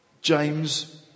James